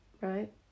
right